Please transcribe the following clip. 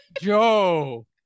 Joe